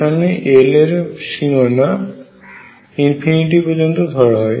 যেখানে L এর সীমানা পর্যন্ত ধরা হয়